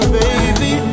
baby